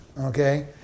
okay